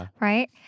right